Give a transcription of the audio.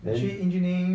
then